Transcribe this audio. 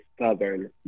Southern